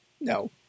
No